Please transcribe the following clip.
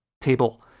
table